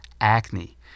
acne